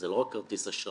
זה לא רק כרטיס אשראי,